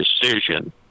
decision